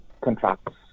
contracts